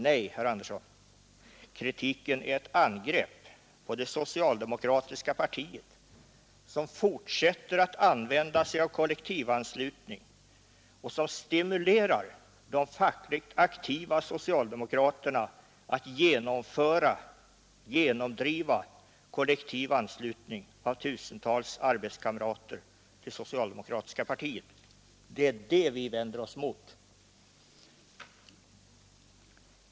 Nej, herr Andersson, kritiken är ett angrepp mot det socialdemokratiska partiet som fortsätter att använda sig av kollektivanslutning och som stimulerar de fackligt aktiva socialdemokraterna att genomdriva kollektiv anslutning av tusentals arbetskamrater till socialdemokratiska partiet. Det är det vi vänder oss emot.